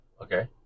Okay